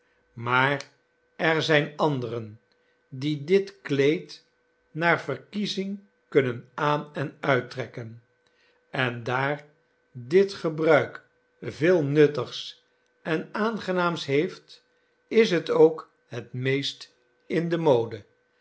maar er zijn anderen die dit kleed naar verkiezing kunnen aan en uittrekken en daar dit gebruik veel nuttigs en aangenaams heeft is het ook het meest in de mode